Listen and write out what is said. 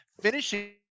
finishing